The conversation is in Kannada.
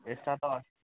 ಎಷ್ಟು ಆಗ್ತವ್ ಅಷ್ಟು